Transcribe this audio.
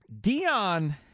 Dion